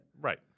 Right